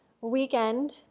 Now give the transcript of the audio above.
weekend